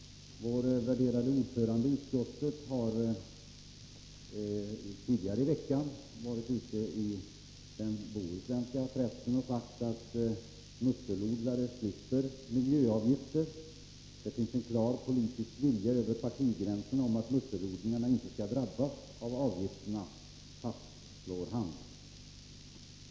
Vår värderade ordförande i utskottet har tidigare i veckan i den bohuslänska pressen sagt att musselodlare slipper miljöavgifter. Det finns en klar politisk vilja över partigränserna att musselodlingarna inte skall drabbas av avgifterna, fastslog han.